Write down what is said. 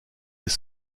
les